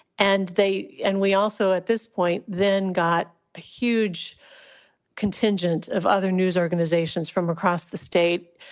and they and we also at this point then got a huge contingent of other news organizations from across the state,